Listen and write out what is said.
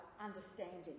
understanding